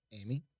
Amy